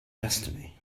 destiny